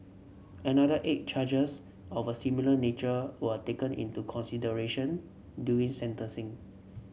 another eight charges of a similar nature were taken into consideration during sentencing